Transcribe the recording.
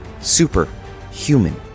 Superhuman